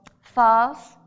False